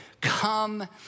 come